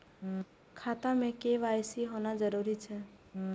खाता में के.वाई.सी होना जरूरी छै?